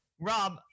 Rob